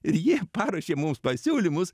ir jie paruošė mums pasiūlymus